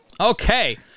Okay